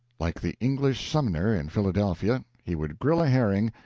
like the english sumner in philadelphia, he would grill a herring,